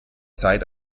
zeit